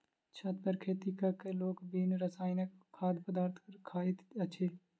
छत पर खेती क क लोक बिन रसायनक खाद्य पदार्थ खाइत अछि